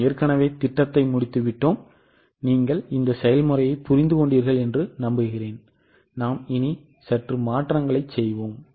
நாம் திட்டத்தை முடித்துவிட்டோம் நீங்கள் இந்த செயல்முறையை புரிந்து கொண்டீர்கள் என்று ஏற்கனவே உள்ளது நாம் இனி சற்று மாற்றங்களைச் செய்வோம்